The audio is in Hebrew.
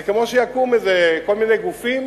זה כמו שיקומו כל מיני גופים